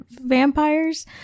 vampires